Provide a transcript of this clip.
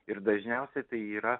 ir dažniausiai tai yra